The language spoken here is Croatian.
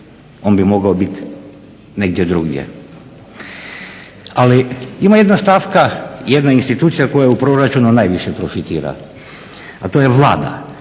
on bi mogao biti negdje drugdje. Ali ima jedna stavka jedna institucija koja je u proračunu najviše profitirala, a to je Vlada